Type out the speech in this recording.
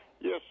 Yes